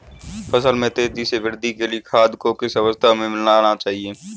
फसल में तेज़ी से वृद्धि के लिए खाद को किस अवस्था में मिलाना चाहिए?